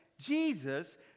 Jesus